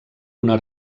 una